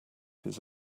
his